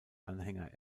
anhänger